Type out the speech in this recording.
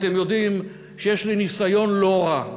אתם יודעים שיש לי ניסיון לא רע,